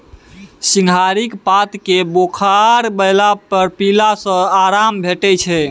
सिंहारिक पात केँ बोखार भेला पर पीला सँ आराम भेटै छै